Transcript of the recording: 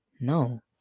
No